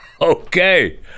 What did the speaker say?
Okay